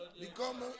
Become